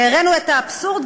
והראינו את האבסורד,